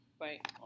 right